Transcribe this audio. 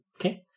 Okay